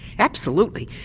absolutely,